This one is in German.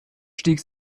stieg